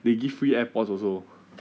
they give free airpods also